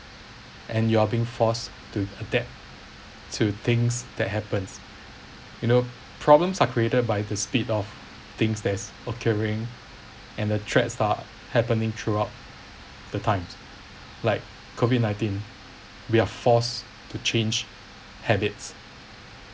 and you're being forced to adapt to things that happens you know problems are created by the speed of things that's occurring and the threats that happening throughout the times like COVID nineteen we're forced to change habits